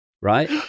right